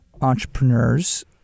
entrepreneurs